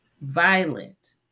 violent